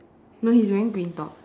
no he's wearing green top